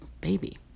baby